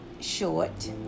short